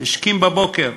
בא מוקדם בבוקר,